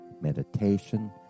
meditation